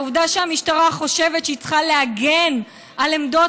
העובדה שהמשטרה חושבת שהיא צריכה להגן על עמדות